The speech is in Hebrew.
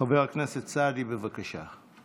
חבר הכנסת סעדי, בבקשה.